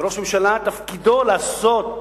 וראש ממשלה, תפקידו לעשות